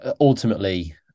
ultimately